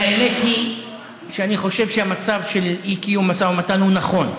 והאמת היא שאני חושב שהמצב של אי-קיום משא ומתן הוא נכון.